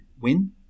win